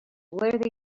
what